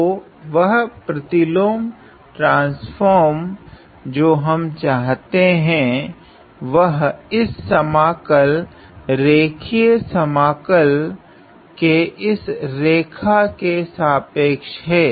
तो वह प्रतिलोम ट्रान्स्फ़ोर्म जो हम चाहते है वो इस समाकल रैखिक समाकल के इस सरल रेखा के सापेक्ष हैं